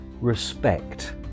respect